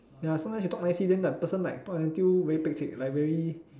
ya sometimes you talk nicely then the person like talk until very pek-cek like very